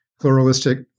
pluralistic